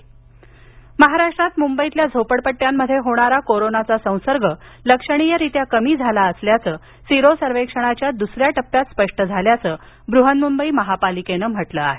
Maharashtra sero महाराष्ट्रात मुंबईतील झोपडपट्टयांमध्ये होणारा कोरोनाचा संसर्ग लक्षणीय रित्या कमी झाला असल्याचं सिरो सर्वेक्षणाच्या दुसऱ्या टप्प्यात स्पष्ट झालं असल्याचं ब्रहन्मुंबई महापालिकेनं म्हटलं आहे